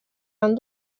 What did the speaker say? han